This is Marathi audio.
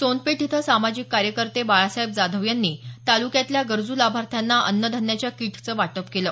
सोनपेठ इथं सामाजिक कार्यकर्ते बाळासाहेब जाधव यांनी तालुक्यातल्या गरजू लाभार्थ्यांना अन्न धान्याच्या किटचं वाटप केलं